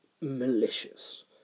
malicious